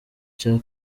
cya